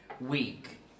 week